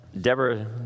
Deborah